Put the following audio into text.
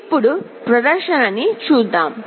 ఇప్పుడు ప్రదర్శనను చూద్దాం